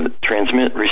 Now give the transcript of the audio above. transmit